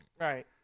Right